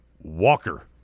Walker